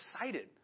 excited